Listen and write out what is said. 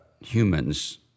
humans